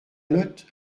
note